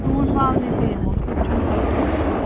ژوٗنٛٹھۍ والنہِ تہِ یِمو سُہ تہِ چھُنہٕ کانٛہہ ٹٮ۪نشَن